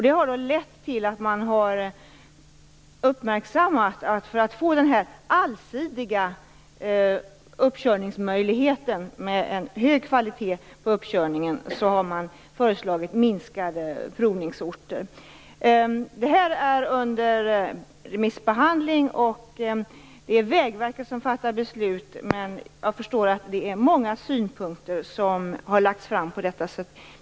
Det har lett till att man har föreslagit att för att få en allsidig uppkörningsmöjlighet med en hög kvalitet bör antalet provorter minskas. Detta är nu under remissbehandling. Det är Vägverket som fattar beslut, men jag förstår att det är många synpunkter som har lagts fram om detta.